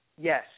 Yes